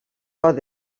pot